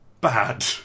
bad